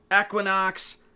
equinox